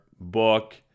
book